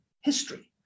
history